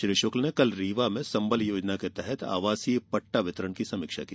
श्री शुक्ल ने कल रीवा में संबल योजना के तहत आवासीय पट्टा वितरण की समीक्षा की